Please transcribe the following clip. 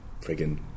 friggin